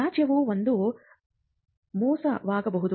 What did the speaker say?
ರಾಜ್ಯವು ಒಂದು ಮೋಸವಾಗಬಹುದು